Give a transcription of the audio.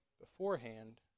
beforehand